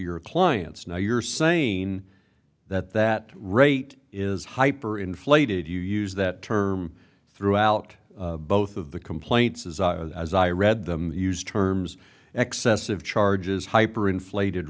your clients now you're saying that that rate is hyper inflated you use that term throughout both of the complaints as i read them used terms excessive charges hyper inflated